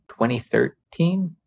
2013